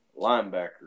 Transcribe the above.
linebacker